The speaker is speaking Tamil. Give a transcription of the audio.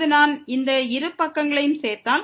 இப்போது நான் இந்த இரு பக்கங்களையும் சேர்த்தால் x2y2